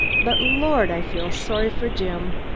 but, lord! i feel sorry for jim.